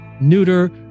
neuter